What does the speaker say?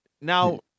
now